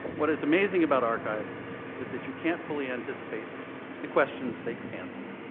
what is amazing about archives is that you can't fully anticipate the questions they could answer.